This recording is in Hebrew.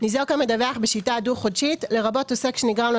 "ניזוק המדווח בשיטה דו-חודשית" לרבות עוסק שנגרם לו